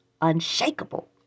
unshakable